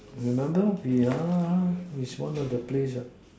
remember yeah yeah it's one of the place ah